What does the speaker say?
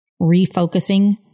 refocusing